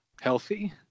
healthy